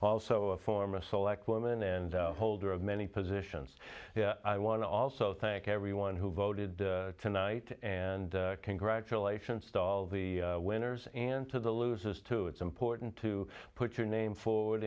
also a former select woman and holder of many positions i want to also thank everyone who voted tonight and congratulations to all the winners and to the losers too it's important to put your name forward